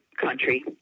country